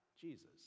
Jesus